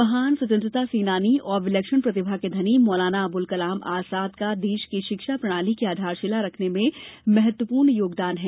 महान स्वतंत्रता सेनानी और विलक्षण प्रतिभा के धनी मौलाना अब्ल कलाम आजाद का देश की शिक्षा प्रणाली की आधारशिला रखने में महत्वपूर्ण योगदान है